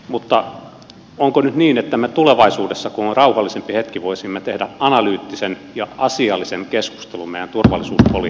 mutta onko nyt niin että me tulevaisuudessa kun on rauhallisempi hetki voisimme tehdä analyyttisen ja asiallisen keskustelun meidän turvallisuuspolitiikasta